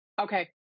okay